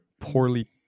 poorly